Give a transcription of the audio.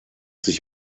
sich